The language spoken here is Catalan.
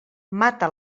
mata